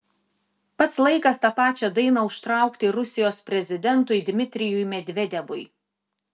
pats laikas tą pačią dainą užtraukti ir rusijos prezidentui dmitrijui medvedevui